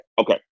okay